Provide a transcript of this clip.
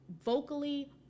vocally